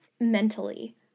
mentally